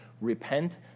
Repent